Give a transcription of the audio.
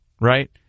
Right